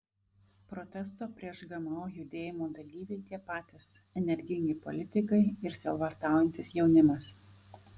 protesto prieš gmo judėjimo dalyviai tie patys energingi politikai ir sielvartaujantis jaunimas